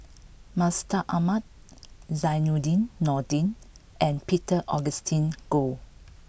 Mustaq Ahmad Zainudin Nordin and Peter Augustine Goh